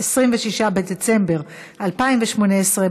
26 בדצמבר 2018,